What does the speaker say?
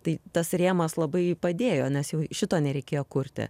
tai tas rėmas labai padėjo nes jau šito nereikėjo kurti